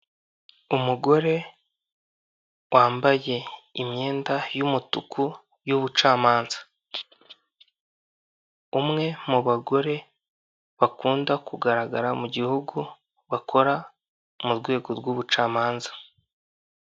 Umugore wambaye imyenda y'umutuku y'ubucamanza umwe mu bagore bakunda kugaragara mu gihugu bakora mu rwego rw'ubucamanza.